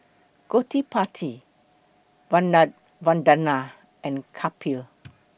Gottipati Vandana and Kapil